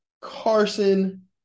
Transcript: Carson